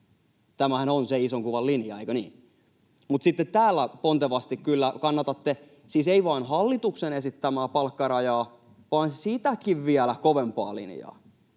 Tämähän on sen ison kuvan linja, eikö niin? Mutta sitten täällä pontevasti kyllä kannatatte siis ei vain hallituksen esittämää palkkarajaa, vaan sitäkin vielä kovempaa linjaa.